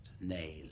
nail